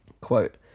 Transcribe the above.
Quote